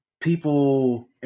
people